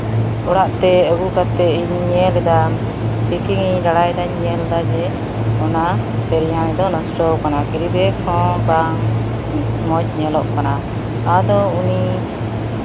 ᱚᱲᱟᱜ ᱛᱮ ᱟᱹᱜᱩ ᱠᱟᱛᱮᱫ ᱤᱧ ᱧᱮᱞᱫᱟ ᱯᱮᱠᱤᱝ ᱤᱧ ᱞᱟᱲᱟᱭᱫᱟ ᱧᱮᱞᱫᱟ ᱡᱮ ᱚᱱᱟ ᱵᱤᱨᱭᱟᱱᱤ ᱫᱚ ᱱᱚᱥᱴᱚᱣ ᱠᱟᱱᱟ ᱠᱮᱨᱤᱵᱮᱜᱽ ᱦᱚᱸ ᱵᱟᱝ ᱢᱚᱡᱽ ᱧᱮᱞᱚᱜ ᱠᱟᱱᱟ ᱟᱫᱚ ᱩᱱᱤ